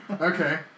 Okay